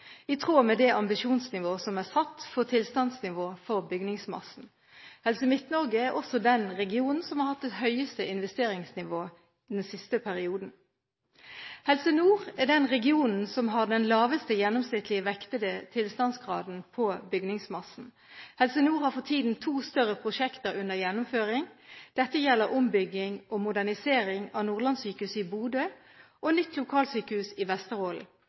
i tråd med det ambisjonsnivå som er satt for tilstandsnivå for bygningsmassen. Helse Midt-Norge er også den regionen som har hatt det høyeste investeringsnivået den siste perioden. Helse Nord er den regionen som har den laveste gjennomsnittlige vektede tilstandsgraden på bygningsmassen. Helse Nord har for tiden to større prosjekter under gjennomføring. Dette er ombygging og modernisering av Nordlandssykehuset i Bodø og nytt lokalsykehus i Vesterålen.